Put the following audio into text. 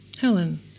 Helen